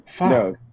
no